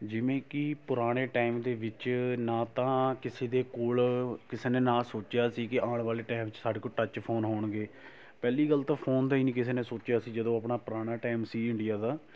ਜਿਵੇਂ ਕਿ ਪੁਰਾਣੇ ਟਾਇਮ ਦੇ ਵਿੱਚ ਨਾ ਤਾਂ ਕਿਸੇ ਦੇ ਕੋਲ ਕਿਸੇ ਨੇ ਨਾ ਸੋਚਿਆ ਸੀ ਕਿ ਆਉਣ ਵਾਲੇ ਟਾਇਮ 'ਚ ਸਾਡੇ ਕੋਲ ਟੱਚ ਫ਼ੋਨ ਹੋਣਗੇ ਪਹਿਲੀ ਗੱਲ ਤਾਂ ਫ਼ੋਨ ਦਾ ਹੀ ਨਹੀਂ ਕਿਸੇ ਨੇ ਸੋਚਿਆ ਸੀ ਜਦੋਂ ਆਪਣਾ ਪੁਰਾਣਾ ਟਾਇਮ ਸੀ ਇੰਡੀਆ ਦਾ